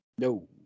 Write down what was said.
No